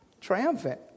Triumphant